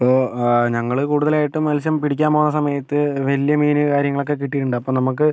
ഇപ്പോൾ ഞങ്ങൾ കൂടുതലായിട്ടും മത്സ്യം പിടിക്കാൻ പോണ സമയത്ത് വലിയ മീൻ കാര്യങ്ങളൊക്കെ കിട്ടിയിട്ടുണ്ട് അപ്പം നമുക്ക്